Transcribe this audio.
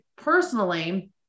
personally